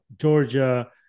Georgia